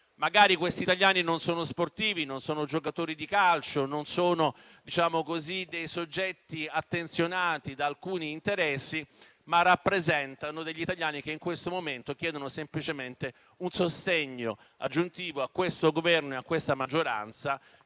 magari questi italiani non sono sportivi, non sono giocatori di calcio, non sono soggetti attenzionati da alcuni interessi, ma in questo momento chiedono semplicemente un sostegno aggiuntivo a questo Governo e a questa maggioranza,